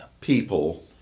people